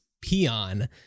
peon